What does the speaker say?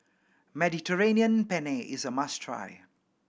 Mediterranean Penne is a must try